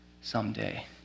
someday